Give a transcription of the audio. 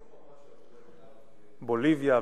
בוליביה,